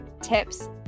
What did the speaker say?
tips